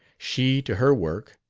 she to her work,